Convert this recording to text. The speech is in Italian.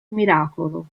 miracolo